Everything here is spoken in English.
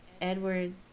Edward